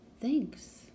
Thanks